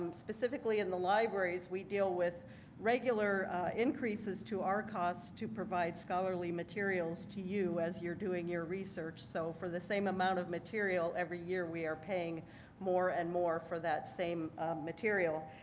um specifically in the libraries we deal with regular increases to our costs to provide scholarly materials to you as you're doing your research so for the same amount of material every year, we are paying more and more for that same material.